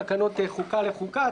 תקנות חוקה לחוקה,